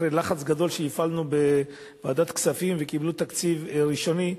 אחרי לחץ גדול שהפעלנו בוועדת הכספים וקיבלו תקציב ראשוני,